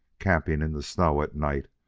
camping in the snow at night,